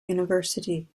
university